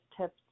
tips